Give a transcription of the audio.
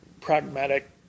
pragmatic